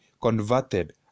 converted